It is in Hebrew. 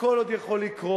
הכול עוד יכול לקרות,